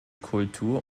kultur